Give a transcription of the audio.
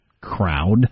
crowd